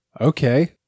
okay